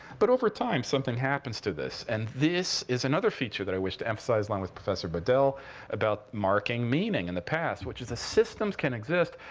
but over time, something happens to this. and this is another feature that i wish to emphasize, along with professor bodel about marking meaning in the past, which is that systems can exist,